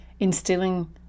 instilling